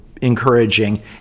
encouraging